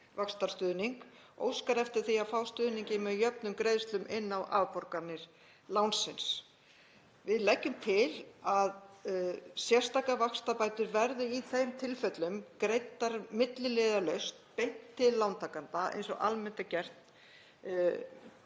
vaxtastuðning óskar eftir því að fá stuðninginn með jöfnum greiðslum inn á afborganir lánsins. Við leggjum til að sérstakar vaxtabætur verði í þeim tilfellum greiddar milliliðalaust beint til lántakanda eins og almennt er gert við